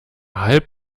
halb